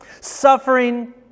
Suffering